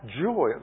joy